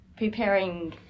preparing